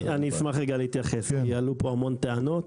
אני אשמח להתייחס כי עלו פה המון טענות.